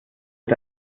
ist